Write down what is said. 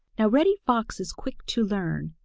now reddy fox is quick to learn,